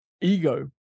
ego